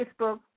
Facebook